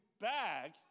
bag